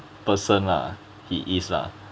person lah he is lah